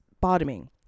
bottoming